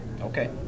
Okay